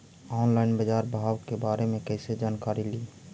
Online बाजार भाव के बारे मे कैसे जानकारी ली?